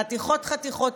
חתיכות-חתיכות,